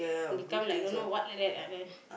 become like don't know what like that ah then